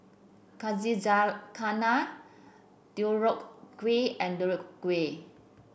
Kazizakana Deodeok Kui and Deodeok Gui